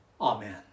Amen